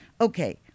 Okay